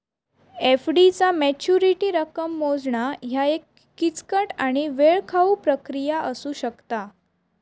FD चा maturity रक्कम मोजणा ह्या एक किचकट आणि वेळखाऊ प्रक्रिया असू शकता